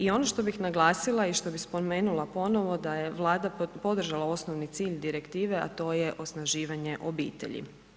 I ono što bih naglasila i što bi spomenula ponovno, da je Vlada podržala osnovni cilj direktive a to je osnaživanje obitelji.